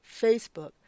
Facebook